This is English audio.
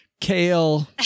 kale